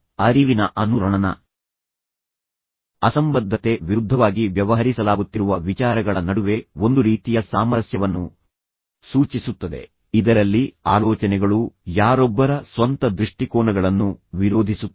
ಆದ್ದರಿಂದ ಅರಿವಿನ ಅನುರಣನ ಅಸಂಬದ್ಧತೆ ವಿರುದ್ಧವಾಗಿ ವ್ಯವಹರಿಸಲಾಗುತ್ತಿರುವ ವಿಚಾರಗಳ ನಡುವೆ ಒಂದು ರೀತಿಯ ಸಾಮರಸ್ಯವನ್ನು ಸೂಚಿಸುತ್ತದೆ ಇದರಲ್ಲಿ ಆಲೋಚನೆಗಳು ಯಾರೊಬ್ಬರ ಸ್ವಂತ ದೃಷ್ಟಿಕೋನಗಳನ್ನು ವಿರೋಧಿಸುತ್ತವೆ